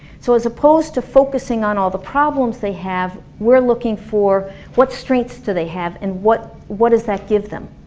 so as opposed to focusing on all the problems they have, we're looking for what strengths do they have and what what does that give them?